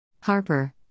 Harper